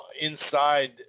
inside